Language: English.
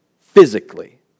physically